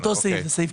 אותו סעיף.